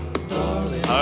Darling